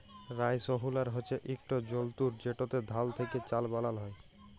rice huller হছে ইকট যল্তর যেটতে ধাল থ্যাকে চাল বালাল হ্যয়